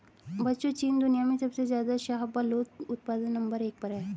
बच्चों चीन दुनिया में सबसे ज्यादा शाहबूलत उत्पादन में नंबर एक पर है